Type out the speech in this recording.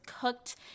cooked